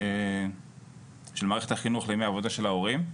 של מערכת החינוך לימים העבודה של ההורים.